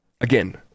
Again